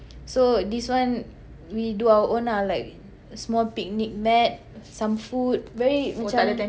so this one we do our own ah like small picnic mat some food very macam